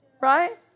Right